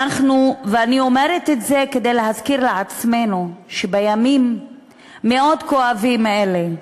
אני אומרת את זה כדי להזכיר לעצמנו שבימים מאוד כואבים אלו,